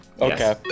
Okay